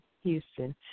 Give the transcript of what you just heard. Houston